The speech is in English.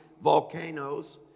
volcanoes